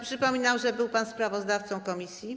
Przypominam, że był pan sprawozdawcą komisji.